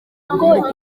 ahubwo